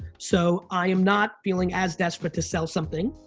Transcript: so i am not feeling as desperate to sell something.